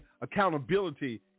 Accountability